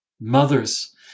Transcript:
mothers